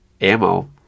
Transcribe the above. Ammo